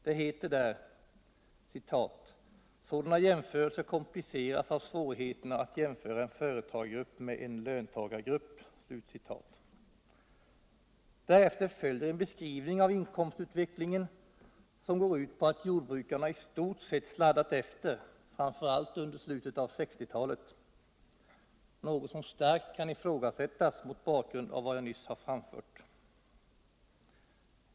Dot heter där: ”Sådana jämförelser kompliceras av svårigheterna att jämföra en företagargrupp med en löntagargrupp.” Därefter följer en beskrivning av inkomstutvecklingen som går ut på att jordbrukarna i stort sett sladdat efter. framför allt under slutet av 1960-talet — något som starkt kan ifrågasättas mot bakgrund av vad jag nyss framfört.